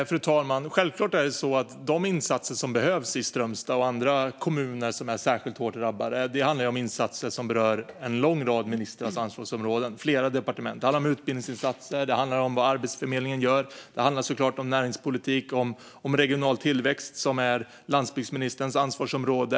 Fru talman! Självfallet är det så att de insatser som behövs i Strömstad och andra kommuner som är särskilt hårt drabbade berör en lång rad ministrars ansvarsområden och flera departement. Det handlar om utbildningsinsatser, om vad Arbetsförmedlingen gör, om näringspolitik och om regional tillväxt, som är landsbygdsministerns ansvarsområde.